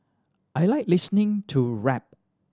I like listening to rap